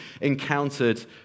encountered